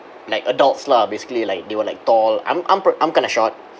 like adults lah basically like they were like tall I'm I'm per~ I'm kind of short